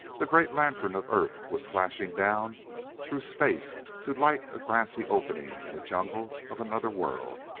the great lantern of earth was flashing down through space to light a grassy opening in a jungle of another world,